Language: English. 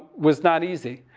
was not easy.